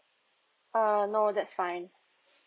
err no that's fine